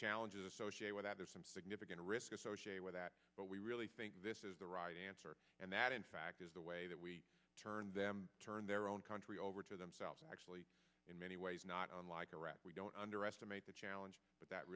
challenges associated with that there's some significant risk associated with that but we really think this is the right answer and that in fact is the way that we turned them turned their own country over to themselves in many ways not unlike iraq we don't underestimate the challenge but that